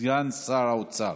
סגן שר האוצר.